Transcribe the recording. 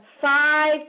five